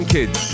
Kids